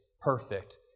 perfect